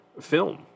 film